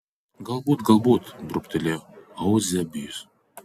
galbūt galbūt burbtelėjo euzebijus